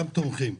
שתומכים.